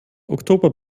oktober